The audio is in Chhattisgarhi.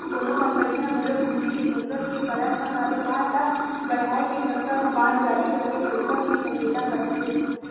कोनो कंपनी ह घलो पूंजी के जरुरत के पड़त म कारोबार ल बड़हाय के चक्कर म बांड जारी करके पइसा के सकेला करथे